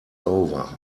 over